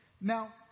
Now